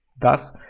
Thus